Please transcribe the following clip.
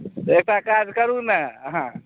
तऽ एकटा काज करू ने अहाँ